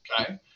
Okay